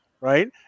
right